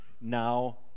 now